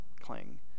cling